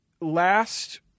last